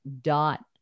dot